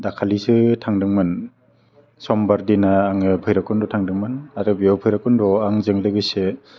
दाखालिसो थांदोंमोन सम्बार दिना आङो भैरब कुन्ड' थांदोंमोन आरो बेयाव भैरब कन्ड'वाव आंजों लोगोसे